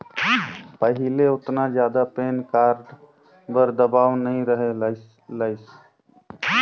पहिले ओतना जादा पेन कारड बर दबाओ नइ रहें लाइस